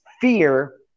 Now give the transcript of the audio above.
fear